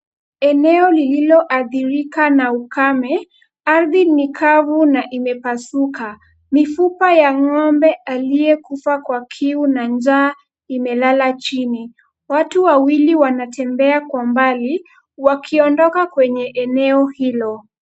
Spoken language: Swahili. Eneo lililoadhirika na ukame, ardhi ni kavu na imepasuka. Mifupa ya ng'ombe aliyekufa kwa kiu na njaa imelala chini. Watu wawili wanatembea kwa mbali wakiondoka kwenye eneo hilo.